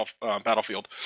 Battlefield